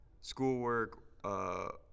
schoolwork